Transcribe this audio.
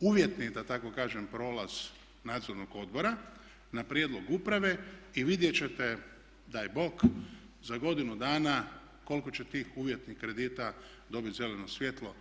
uvjetni da tako kažem prolaz nadzornog odbora na prijedlog uprave i vidjet ćete daj Bog za godinu dana koliki će tih uvjetnih kredita dobit zeleno svjetlo?